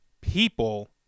people